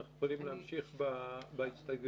אנחנו יכולים להמשיך בהסתייגויות?